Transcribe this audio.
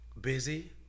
busy